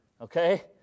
Okay